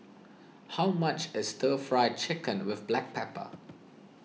how much is Stir Fry Chicken with Black Pepper